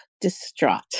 distraught